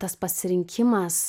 tas pasirinkimas